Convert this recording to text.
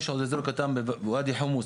יש עוד אזור קטן בוואדי חומוס,